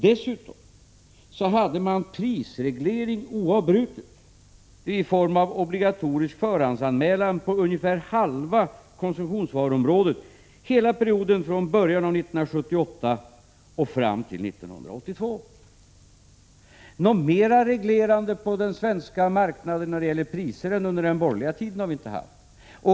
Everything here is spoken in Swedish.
Dessutom hade man prisreglering oavbrutet i form av obligatorisk förhandsanmälan på ungefär halva konsumtionsvaruområdet hela perioden från början av 1978 fram till 1982. Mer reglerande på den svenska marknaden när det gäller priser än under den borgerliga tiden har vi inte haft.